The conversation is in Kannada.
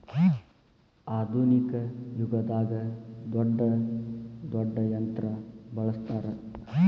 ಆದುನಿಕ ಯುಗದಾಗ ದೊಡ್ಡ ದೊಡ್ಡ ಯಂತ್ರಾ ಬಳಸ್ತಾರ